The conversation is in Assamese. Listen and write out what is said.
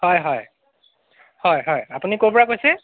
হয় হয় হয় হয় আপুনি ক'ৰ পৰা কৈছে